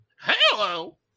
Hello